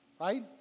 Right